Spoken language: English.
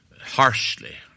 harshly